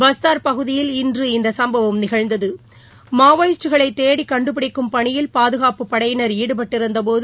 பஸ்தார் பகுதியில் இன்று இந்த சம்பவம் நிகழ்ந்தது மாவோயிஸ்ட்டுகள் தேடி கண்டுபிடிக்கும் பணியில் பாதுகாப்புப் படையினர் ஈடுபட்டிருந்தபோது